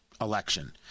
election